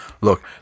Look